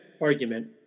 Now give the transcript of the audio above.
argument